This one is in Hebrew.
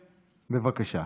בבקשה.